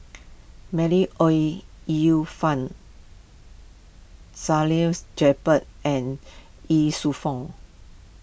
Ooi Yu Fen Salleh Japar and Ye Shufang